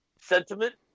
sentiment